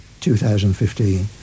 2015